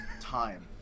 time